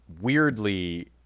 weirdly